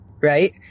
right